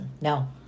No